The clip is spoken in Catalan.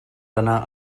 anà